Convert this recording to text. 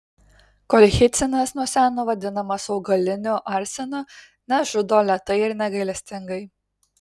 kolchicinas nuo seno vadinamas augaliniu arsenu nes žudo lėtai ir negailestingai